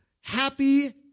happy